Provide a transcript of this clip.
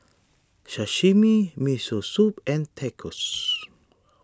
Sashimi Miso Soup and Tacos